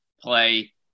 play